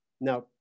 now